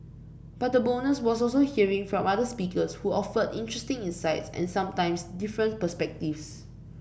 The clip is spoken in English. but the bonus was also hearing from other speakers who offered interesting insights and sometimes different perspectives